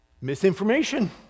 Misinformation